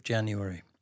January